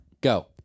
Go